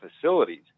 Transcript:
facilities